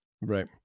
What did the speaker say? Right